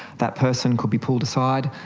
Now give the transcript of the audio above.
that person could be pulled aside,